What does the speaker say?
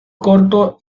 corto